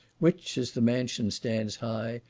which, as the mansion stands high,